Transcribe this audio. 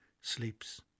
sleeps